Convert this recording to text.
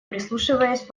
прислушиваясь